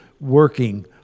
working